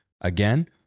Again